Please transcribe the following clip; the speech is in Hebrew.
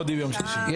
זאב,